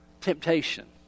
temptation